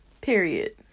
Period